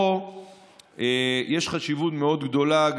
פה יש חשיבות מאוד גדולה.